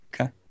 Okay